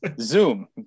Zoom